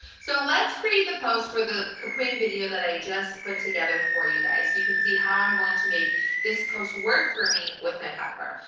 so let's create the post for the kapwing video that i just put together for you guys, so you can see how i'm going to make this post work for me with my platform.